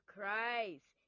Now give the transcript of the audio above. Christ